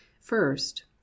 First